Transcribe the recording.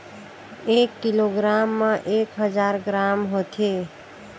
एक किलोग्राम म एक हजार ग्राम होथे